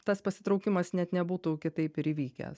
tas pasitraukimas net nebūtų kitaip ir įvykęs